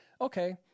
okay